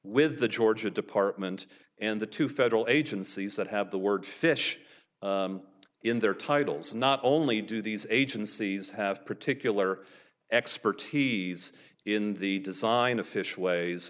with the georgia department and the two federal agencies that have the word fish in their titles not only do these agencies have particular expertise in the design of fish w